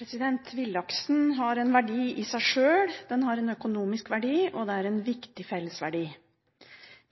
Villaksen har en verdi i seg sjøl, den har en økonomisk verdi og den er en viktig fellesverdi.